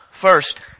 First